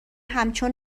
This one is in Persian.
همچون